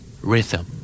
Rhythm